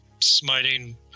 smiting